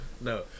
no